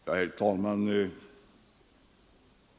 Herr talman!